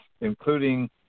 including